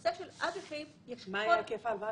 בנושא של אג"חים יש כל --- מה היה היקף ההלוואה,